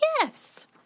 gifts